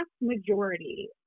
majority